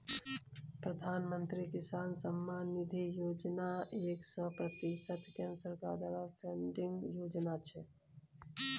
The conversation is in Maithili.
प्रधानमंत्री किसान सम्मान निधि योजना एक सय प्रतिशत केंद्र सरकार द्वारा फंडिंग योजना छै